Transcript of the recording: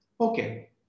okay